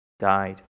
Died